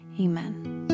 Amen